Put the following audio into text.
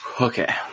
Okay